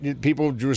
People